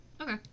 Okay